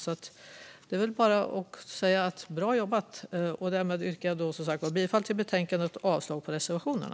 Jag kan bara säga: Bra jobbat! Därmed yrkar jag bifall till förslaget i betänkandet och avslag på reservationerna.